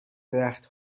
درخت